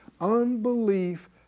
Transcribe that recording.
Unbelief